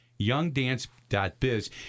youngdance.biz